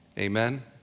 Amen